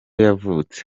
yavutse